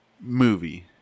movie